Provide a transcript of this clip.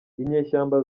inyeshyamba